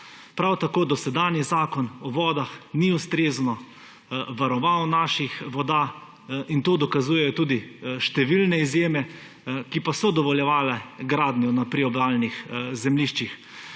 Prav tako dosedanji Zakon o vodah ni ustrezno varoval naših voda in to dokazujejo tudi številne izjeme, ki pa so dovoljevale gradnjo na priobalnih zemljiščih.